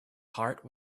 heart